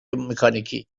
مکانیکی